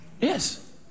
Yes